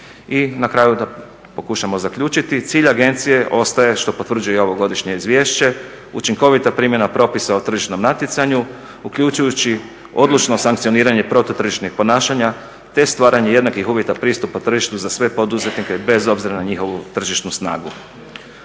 I na kraju da pokušamo zaključiti. Cilj agencije ostaje što potvrđuje i ovo godišnje izvješće učinkovita primjena propisa o tržišnom natjecanju uključujući odlučno sankcioniranje protu tržišnih ponašanja, te stvaranje jednakih uvjeta pristupu tržištu za sve poduzetnike bez obzira na njihovu tržišnu snagu.